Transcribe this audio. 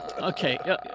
Okay